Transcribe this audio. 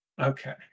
Okay